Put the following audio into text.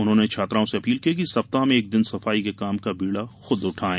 उन्होंने छात्राओं से अपील की कि सप्ताह में एक दिन सफाई के काम का बीड़ा खुद उठाये